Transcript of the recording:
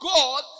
God